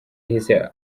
yahise